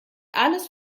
alles